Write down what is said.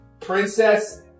Princess